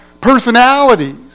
personalities